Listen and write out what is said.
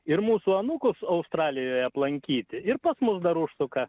ir mūsų anūkus australijoje aplankyti ir pas mus dar užsuka